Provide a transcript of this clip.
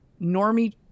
normie